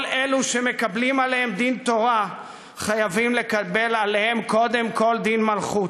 כל אלו שמקבלים עליהם דין תורה חייבים לקבל עליהם קודם כול דין מלכות.